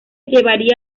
llevaría